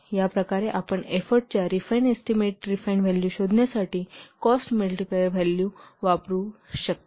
तर या प्रकारे आपण एफोर्टच्या रिफाइन एस्टीमेट शोधण्यासाठी कॉस्ट मल्टीप्लायर व्हॅल्यू वापरू शकता